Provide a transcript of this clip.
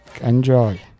Enjoy